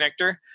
connector